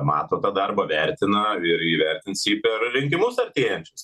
mato tą darbą vertina ir įvertins jį per rinkimus artėjančius